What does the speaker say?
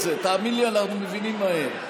אי-אמון בממשלה לא נתקבלה.